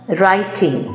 writing